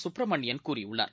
சுப்பிரமணியன் கூறியுள்ளார்